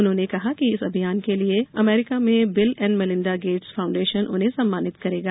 उन्होंने कहा कि इस अभियान के लिये अमेरिका में Bill and Melinda Gates Foundation उन्हें सम्मानित करेगा